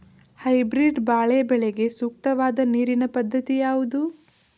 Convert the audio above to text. Hybrid ಬಾಳೆ ಬೆಳೆಗೆ ಸೂಕ್ತವಾದ ನೀರಿನ ಪದ್ಧತಿ ಯಾವುದು?